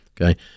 Okay